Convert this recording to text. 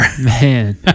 man